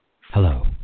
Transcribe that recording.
hello